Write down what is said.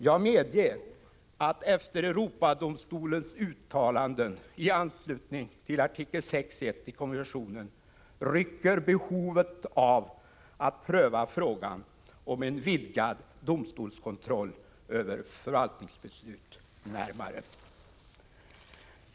Jag medger att efter Europadomstolens ställningstaganden i anslutning till artikel 6.1 i konventionen rycker behovet av att pröva frågan om en vidgad domstolskontroll över förvaltningsbeslut närmare.